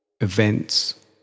events